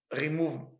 ...remove